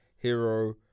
Hero